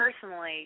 personally